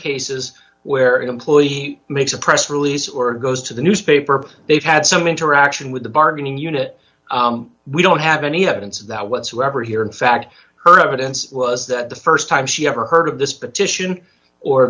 cases where employee makes a press release or goes to the newspaper they've had some interaction with the bargaining unit we don't have any evidence of that whatsoever here in fact her evidence was that the st time she ever heard of this petition or